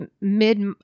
mid